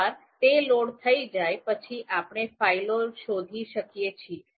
એકવાર તે લોડ થઈ જાય પછી આપણે ફાઇલો શોધી શકીએ છીએ